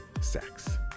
sex